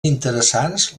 interessants